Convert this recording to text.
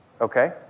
okay